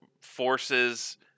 forces